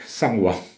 上网